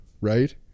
right